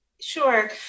Sure